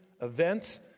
event